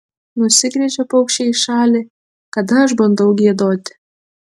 nusigręžia paukščiai į šalį kada aš bandau giedoti